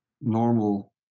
normal